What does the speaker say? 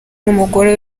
n’umugore